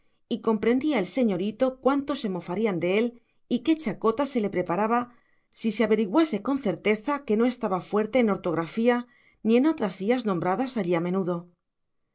y comprendía el señorito cuánto se mofarían de él y qué chacota se le preparaba si se averiguase con certeza que no estaba fuerte en ortografía ni en otras ías nombradas allí a menudo